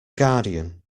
guardian